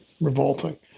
Revolting